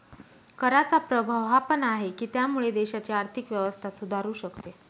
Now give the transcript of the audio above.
कराचा प्रभाव हा पण आहे, की त्यामुळे देशाची आर्थिक व्यवस्था सुधारू शकते